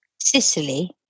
Sicily